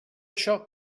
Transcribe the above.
això